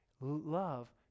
love